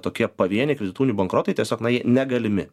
tokie pavieniai kredito unijų bankrotai tiesiog na jie negalimi